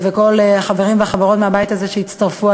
וכל החברים והחברות מהבית הזה שהצטרפו